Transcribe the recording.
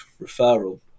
referral